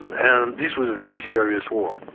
and this was a very serious war.